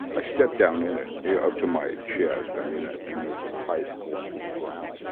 i stepped down in it up to my chest um you know and there's a pipe going through the ground.